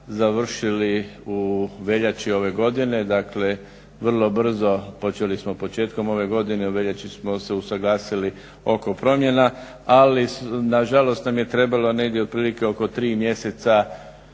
završili u veljači ove godine dakle vrlo brzo počeli smo početkom ove godine u veljači smo se usuglasili oko promjena. Ali nažalost nam je trebalo negdje otprilike oko tri mjeseca